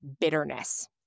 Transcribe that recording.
bitterness